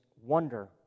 wonder